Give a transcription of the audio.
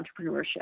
entrepreneurship